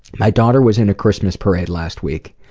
my daughter was in a christmas parade last week.